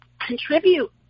contribute